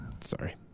Sorry